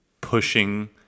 pushing